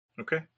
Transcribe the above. Okay